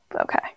Okay